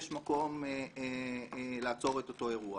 יש מקום לעצור את אותו אירוע.